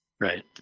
Right